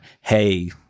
hey